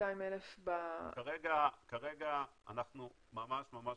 200,000 --- כרגע אנחנו ממש ממש